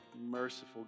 merciful